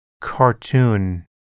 cartoon